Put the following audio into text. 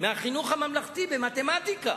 טובים יותר מהחינוך הממלכתי במתמטיקה,